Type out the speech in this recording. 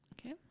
okay